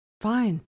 Fine